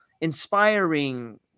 inspiring